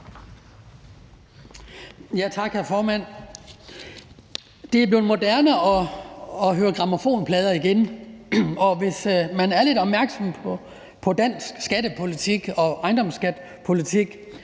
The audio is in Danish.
Tak, hr. formand. Det er blevet moderne at høre grammofonplader igen, og hvis man er lidt opmærksom på dansk skattepolitik og ejendomsskattepolitik,